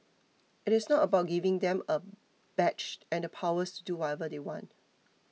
it is not about giving them a badge and the powers to do whatever they want